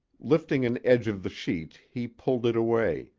lifting an edge of the sheet he pulled it away,